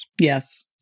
Yes